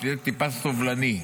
תהיה טיפה סובלני.